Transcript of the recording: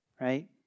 right